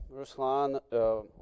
Ruslan